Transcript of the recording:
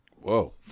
Whoa